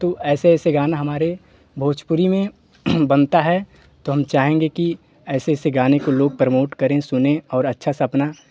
तो ऐसे ऐसे गाने हमारे भोजपुरी में बनते हैं तो हम चाहेंगे कि ऐसे ऐसे गाने को लोग परमोट करें सुनें और अच्छे से अपना